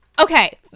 Okay